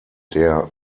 der